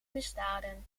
misdaden